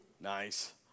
Nice